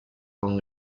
con